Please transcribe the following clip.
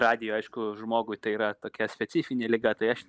radijo aišku žmogui tai yra tokia specifinė liga tai aš